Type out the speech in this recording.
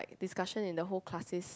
discussion in the whole classist